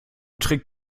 trick